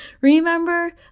remember